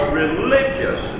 religious